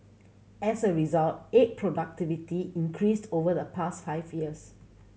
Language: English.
as a result egg productivity increased over the past five years